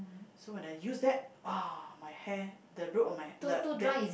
so when I use that ah my hair the root of my the the